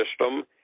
system